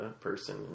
person